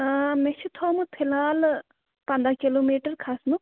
مےٚ چھُ تھوٚمُت فِلحال پنٛداہ کِلوٗ میٖٹَر کھسنُک